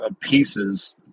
pieces